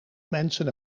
mensen